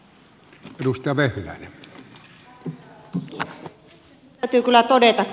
arvoisa puhemies